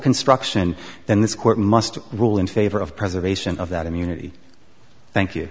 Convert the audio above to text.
construction then this court must rule in favor of preservation of that immunity thank you